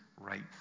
right